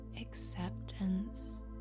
acceptance